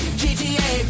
gta